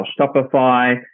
Shopify